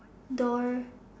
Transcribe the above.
door